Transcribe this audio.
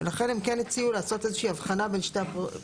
ולכן הם כן הציעו לעשות איזה שהיא הבחנה בין שתי הפרוצדורות.